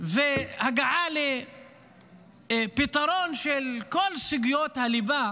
והגעה לפתרון של כל סוגיות הליבה